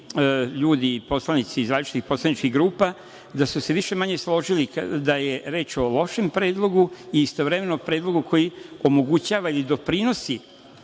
ljudi i poslanici iz različitih poslaničkih grupa, da smo se više-manje složili da je reč o lošem predlogu i istovremeno predlogu koji omogućava i doprinosi,